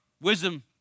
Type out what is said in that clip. Wisdom